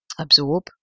absorb